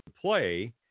play